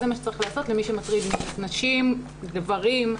זה מה שצריך לעשות למי שמטריד מינית נשים, גברים.